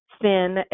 thin